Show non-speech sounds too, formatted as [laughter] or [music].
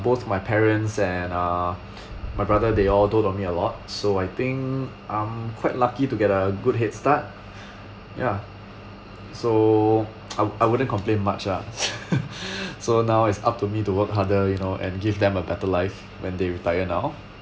both my parents and uh [breath] my brother they all dote on me a lot so I think I'm quite lucky to get a good head start [breath] ya so I I wouldn't complain much lah [laughs] [breath] so now it's up to me to work harder you know and give them a better life when they retire now